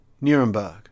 Nuremberg